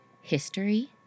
history